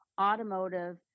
automotive